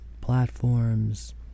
platforms